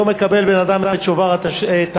היום מקבל בן-אדם את דרישת התשלום,